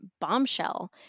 Bombshell